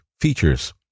features